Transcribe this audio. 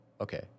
Okay